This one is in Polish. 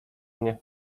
mnie